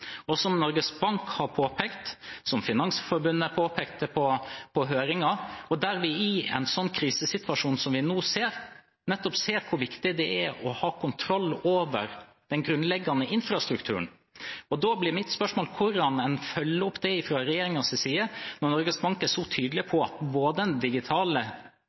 Norges Bank har påpekt det, og Finansforbundet påpekte det i høringen, at nettopp i en krisesituasjon som den vi nå har, ser vi hvor viktig det er å ha kontroll over den grunnleggende infrastrukturen. Mitt spørsmål er hvordan en følger opp det fra regjeringens side, når Norges Bank er så tydelig på både at den digitale